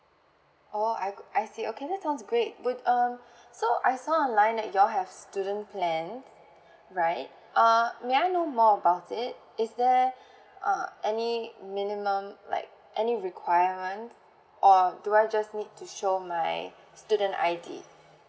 oh I see okay that sounds great would um so I saw online that you all have student plans right uh may I know more about it is there uh any minimum like any requirements or do I just need to show my student I_D